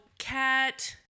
cat